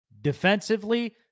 defensively